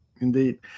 Indeed